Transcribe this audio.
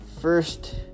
first